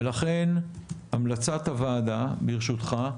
ולכן המלצת הוועדה ברשותך,